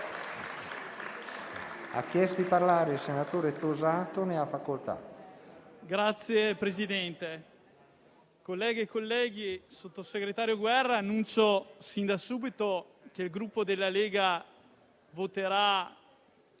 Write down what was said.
Signor Presidente, colleghi e colleghe, sottosegretario Guerra, annuncio fin da subito che il Gruppo Lega voterà